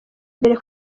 mbere